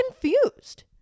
confused